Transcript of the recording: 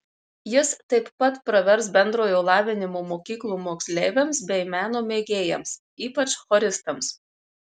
jis taip pat pravers bendrojo lavinimo mokyklų moksleiviams bei meno mėgėjams ypač choristams